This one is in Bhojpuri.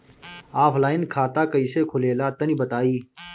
ऑफलाइन खाता कइसे खुलेला तनि बताईं?